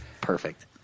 perfect